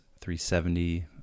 370